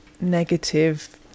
negative